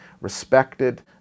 respected